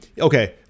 okay